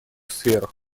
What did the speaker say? сферах